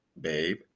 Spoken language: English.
Babe